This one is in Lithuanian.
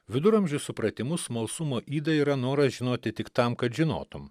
viduramžių supratimu smalsumo yda yra noras žinoti tik tam kad žinotum